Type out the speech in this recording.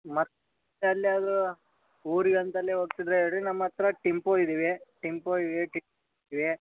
ಮತ್ತು ಎಲ್ಲಿಯಾದರು ಊರಿಗೆ ಅಂತಲ್ಲೆ ಹೋಗ್ತಿದ್ರೆ ಹೇಳ್ರಿ ನಮ್ಮ ಹತ್ರ ಟಿಂಪೊ ಇದೇವೆ ಟಿಂಪೊ ಇವೆ ಟಿ ಇವೆ